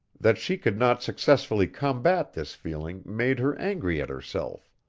that she could not successfully combat this feeling made her angry at herself.